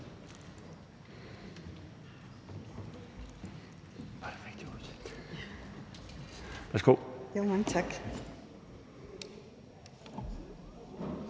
Værsgo.